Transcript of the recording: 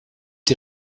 die